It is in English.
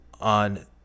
on